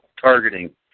targeting